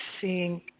seeing